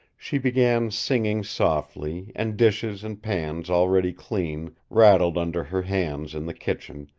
she began singing softly, and dishes and pans already clean rattled under her hands in the kitchen,